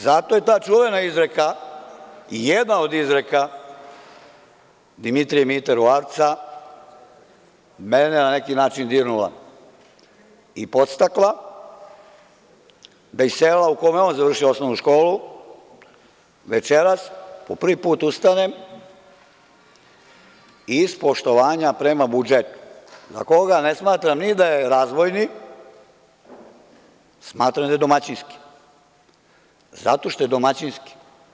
Zato je ta čuvena izreka jedna od izreka Dimitrija Mite Ruvarca mene na neki način dirnula i podstakla da iz sela u kome je on završi osnovnu školu večeras po prvi put ustanem iz poštovanja prema budžetu, za koga ne smatram ni da je razvojni, smatram da je domaćinski, zato što je domaćinski.